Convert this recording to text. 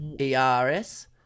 E-R-S